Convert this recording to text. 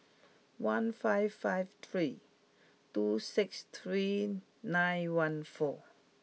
one five five three two six three nine one four